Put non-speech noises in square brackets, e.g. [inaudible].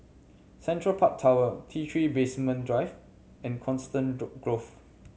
Central Park Tower T Three Basement Drive and Coniston [unintelligible] Grove